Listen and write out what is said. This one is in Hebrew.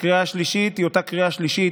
הקריאה השלישית היא אותה קריאה שלישית,